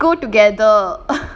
really let's go together